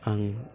आं